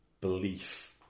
belief